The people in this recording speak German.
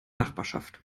nachbarschaft